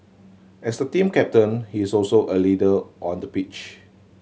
as the team captain he is also a leader on the pitch